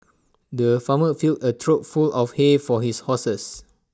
the farmer filled A trough full of hay for his horses